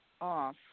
off